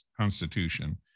Constitution